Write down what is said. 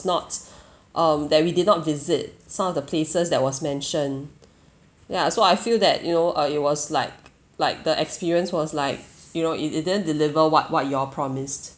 not um that we did not visit some of the places that was mention ya so I feel that you know uh it was like like the experience was like you know it it didn't deliver what what you all promised